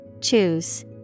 Choose